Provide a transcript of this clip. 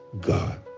God